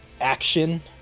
action